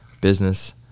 business